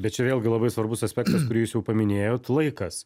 bet čia vėlgi labai svarbus aspektas kurį jūs jau paminėjot laikas